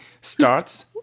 starts